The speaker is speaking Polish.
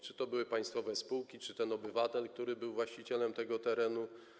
Czy to były państwowe spółki, czy ten obywatel, który był właścicielem tego terenu?